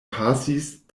pasis